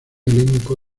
elenco